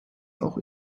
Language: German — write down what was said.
auch